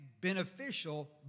beneficial